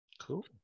Cool